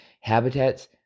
habitats